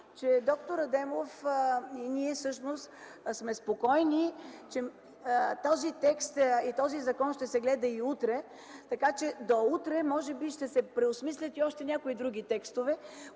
че д-р Адемов и ние всъщност сме спокойни, че този текст и този закон ще се гледа и утре. До утре може би ще се преосмислят и някои други текстове,